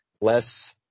less